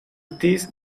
this